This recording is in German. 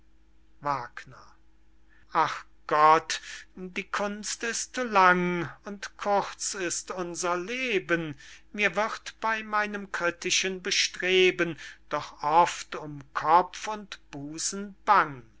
säuselt ach gott die kunst ist lang und kurz ist unser leben mir wird bey meinem kritischen bestreben doch oft um kopf und busen bang